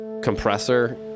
Compressor